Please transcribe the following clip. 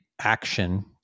action